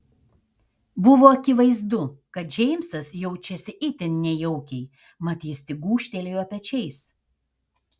buvo akivaizdu kad džeimsas jaučiasi itin nejaukiai mat jis tik gūžtelėjo pečiais